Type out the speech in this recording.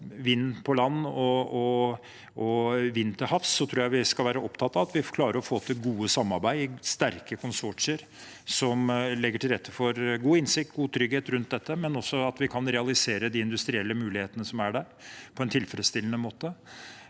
vind på land og vind til havs, tror jeg vi skal være opptatt av at vi skal klare å få til gode samarbeid i sterke konsortier som legger til rette for god innsikt og trygghet rundt dette, og også at vi kan realisere de industrielle mulighetene som er der, på en tilfredsstillende måte.